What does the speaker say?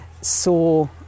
saw